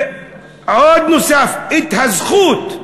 ועוד, הזכות,